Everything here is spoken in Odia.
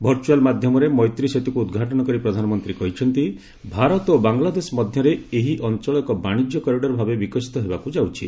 ଭର୍ଚ୍ଚଆଲ୍ ମାଧ୍ୟମରେ ମୈତ୍ରୀ ସେତୁକୁ ଉଦ୍ଘାଟନ କରି ପ୍ରଧାନମନ୍ତ୍ରୀ କହିଛନ୍ତି ଭାରତ ଓ ବାଙ୍ଗଲାଦେଶ ମଧ୍ୟରେ ଏହି ଅଞ୍ଚଳ ଏକ ବାଣିଜ୍ୟ କରିଡ଼ର ଭାବେ ବିକଶିତ ହେବାକୁ ଯାଉଛି